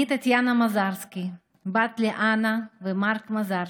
אני טטיאנה מזרסקי, בת לאנה ומארק מזרסקי,